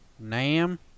Nam